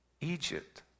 Egypt